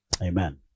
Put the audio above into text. amen